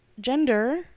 gender